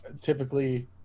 typically